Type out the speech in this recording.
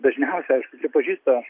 dažniausia aišku pripažįsta